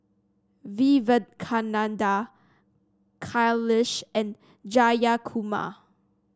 Vivekananda Kailash and Jayakumar